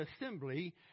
assembly